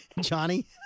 Johnny